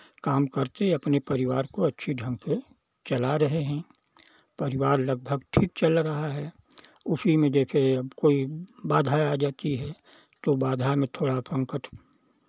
काम करते हैं अपने परिवार को अच्छे ढंग से चला रहे हैं परिवार लगभग ठीक चल रहा है उसी में जैसे कोई बाधाएँ आ जाती है तो बाधा में थोड़ा संकट